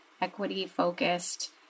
equity-focused